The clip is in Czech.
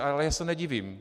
Ale já se nedivím.